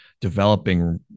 developing